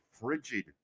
frigid